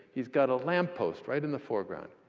he's got a lamppost right in the foreground.